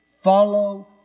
follow